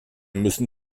müssen